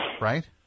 Right